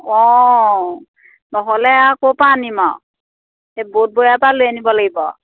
অঁ নহ'লে আৰু ক'ৰ পৰা আনিম আৰু এই বুধবৰিয়াৰ পৰা লৈ আনিব লাগিব